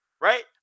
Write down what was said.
Right